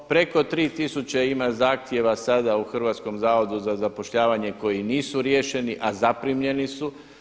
Preko 3000 ima zahtjeva sada u Hrvatskom zavodu za zapošljavanje koji nisu riješeni, a zaprimljeni su.